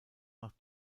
nach